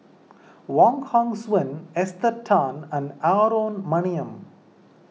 Wong Hong Suen Esther Tan and Aaron Maniam